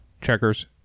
Checkers